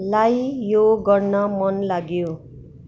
लाई यो गर्न मन लाग्यो